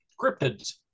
Cryptids